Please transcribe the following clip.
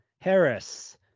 Harris